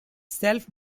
self